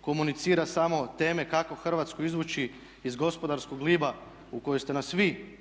komunicira samo teme kako Hrvatsku izvući iz gospodarskog gliba u koji ste nas vi